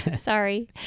Sorry